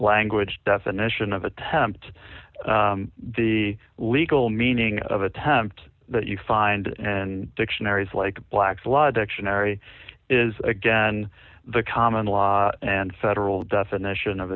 language definition of attempt the legal meaning of attempt that you find in dictionaries like black's law dictionary is again the common law and federal definition of